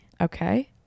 okay